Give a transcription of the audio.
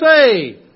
say